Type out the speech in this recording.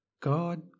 God